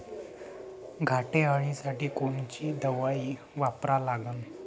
घाटे अळी साठी कोनची दवाई वापरा लागन?